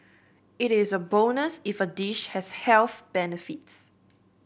it is a bonus if a dish has health benefits